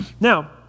Now